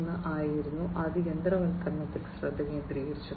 0 ആയിരുന്നു അത് യന്ത്രവൽക്കരണത്തിൽ ശ്രദ്ധ കേന്ദ്രീകരിച്ചു